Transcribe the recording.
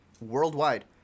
worldwide